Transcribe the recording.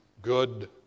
Good